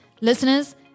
Listeners